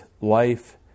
life